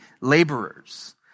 laborers